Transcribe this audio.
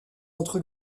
entre